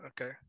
Okay